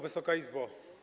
Wysoka Izbo!